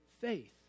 faith